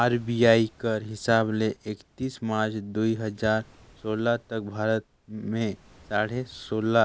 RBI कर हिसाब ले एकतीस मार्च दुई हजार सोला तक भारत में साढ़े सोला